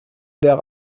der